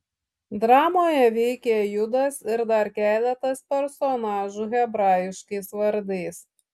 dramoje veikia judas ir dar keletas personažų hebraiškais vardais